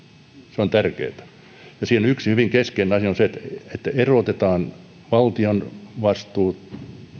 se on tärkeätä ja siinä yksi hyvin keskeinen asia on se että erotetaan valtion vastuut